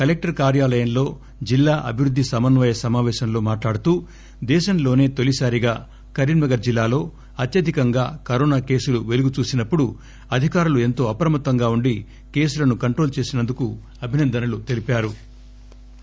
collector కార్యాలయంలో జిల్లా అభివృద్ది సమన్వయ సమావేశంలో మాట్లాడుతూ దేశంలోసే తొలిసారిగా కరీంనగర్ జిల్లాలో అత్యధికంగా కరోనా కేసులు పెలుగు చూసినప్పుడు అధికారులు ఎంతో అప్రమత్తంగా ఉండి కేసులను కంట్రోల్ చేసినందుకు అభినందనలు తెలిపారు